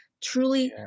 Truly